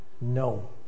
no